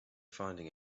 finding